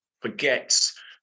forgets